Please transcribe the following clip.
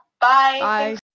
bye